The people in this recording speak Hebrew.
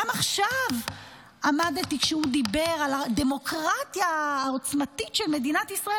גם עכשיו כשהוא דיבר על הדמוקרטיה העוצמתית של מדינת ישראל,